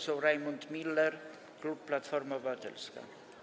Poseł Rajmund Miller, klub Platforma Obywatelska.